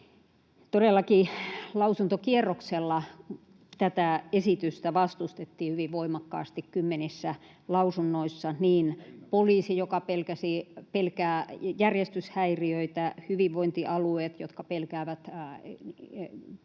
Todellakin lausuntokierroksella tätä esitystä vastustettiin hyvin voimakkaasti kymmenissä lausunnoissa: niin poliisi, joka pelkää järjestyshäiriöitä, hyvinvointialueet, jotka pelkäävät erilaisten